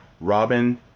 Robin